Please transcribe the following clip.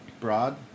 broad